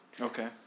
Okay